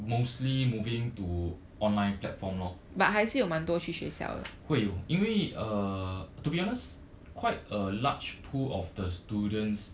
mostly moving to online platform lor 会有因为 uh to be honest quite a large pool of the students